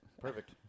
Perfect